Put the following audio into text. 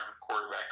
quarterback